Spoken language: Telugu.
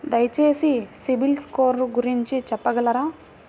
దయచేసి సిబిల్ స్కోర్ గురించి చెప్పగలరా?